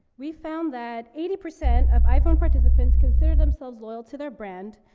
we found that eighty percent of iphone participants consider themselves loyal to their brand,